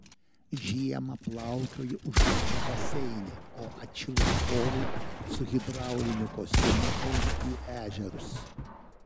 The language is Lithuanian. žiemą plaukioju uždarame baseine o atšilus orui su hidrauliniu kostiumu einu į ežerus